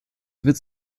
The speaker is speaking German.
witz